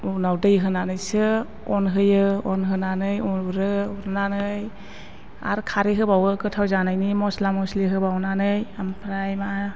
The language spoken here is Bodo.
उनाव दै होनानैसो अन होयो अन होनानै उरो उरनानै आरो खारै होबावो गोथाव जानायनि मस्ला मस्लि होबावनानै ओमफ्राय मा